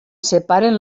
separen